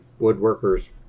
woodworker's